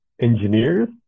engineers